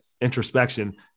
introspection